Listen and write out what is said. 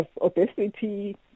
obesity